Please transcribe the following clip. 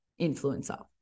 influencer